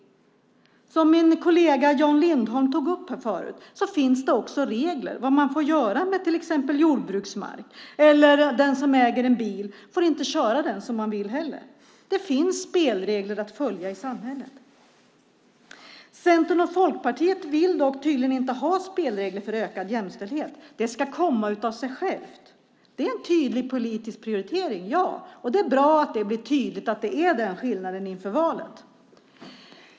Som min kollega Jan Lindholm tog upp här förut finns det också regler för vad man får göra med till exempel jordbruksmark, och om man äger en bil får man inte köra den hur man vill. Det finns spelregler att följa i samhället. Centern och Folkpartiet vill dock tydligen inte ha spelregler för ökad jämställdhet. Det ska komma av sig självt. Det är en tydlig politisk prioritering, ja. Och det är bra att det blir tydligt att det är den skillnaden inför valet.